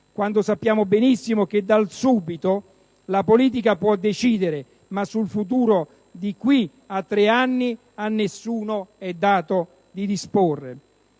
realtà. sappiamo benissimo che sul "subito" la politica può decidere, ma sul futuro di qui a tre anni a nessuno è dato disporre.